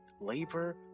Labor